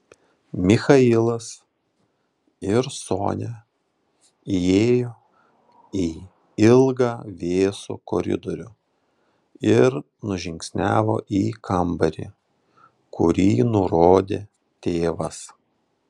michailas ir sonia įėjo į ilgą vėsų koridorių ir nužingsniavo į kambarį kurį nurodė tėvas